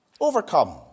Overcome